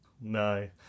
No